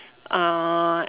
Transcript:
uh